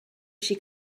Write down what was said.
she